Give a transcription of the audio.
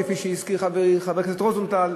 כפי שהזכיר חברי חבר הכנסת רוזנטל,